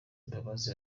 imbabazi